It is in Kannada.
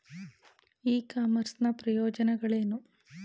ಇ ಕಾಮರ್ಸ್ ನ ಪ್ರಯೋಜನಗಳೇನು?